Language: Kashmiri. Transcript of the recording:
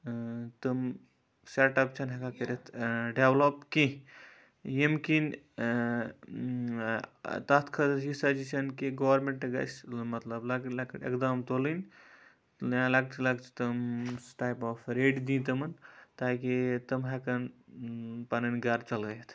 تِم سیٚٹ اَپ چھِنہٕ ہیٚکان کٔرِتھ ڈیٚولَپ کینٛہہ ییٚمہِ کِن تتھ خٲطرٕ چھِ یہِ سَجَسشَن کہِ گورمنٹ گَژھِ مَطلَب لۄکٕٹۍ لۄکٕٹۍ اقدام تُلٕنۍ لۄکچہِ لۄکچہِ تِم سُہ ٹایپ آف ریٹہٕ دِن تِمَن تاکہِ تِم ہیٚکَن پَنٕنۍ گَرٕ چَلٲوِتھ